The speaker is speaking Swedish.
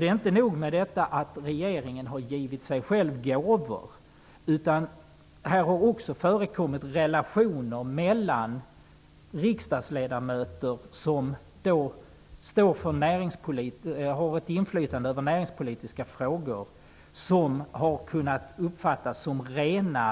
Det är inte nog med att regeringen har givit sig själv gåvor -- här har också förekommit att riksdagsledamöter som har ett inflytande över näringspolitiska frågor haft sådana relationer till företag att deras agerande